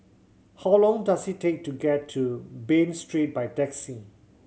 how long does it take to get to Bain Street by taxi